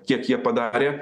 kiek jie padarė